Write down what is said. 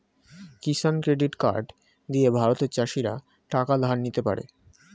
কিষান credit card দিয়ে ভারতের চাষীরা টাকা ধার নিতে পারে